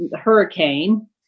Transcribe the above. hurricane